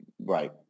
right